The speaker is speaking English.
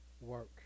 work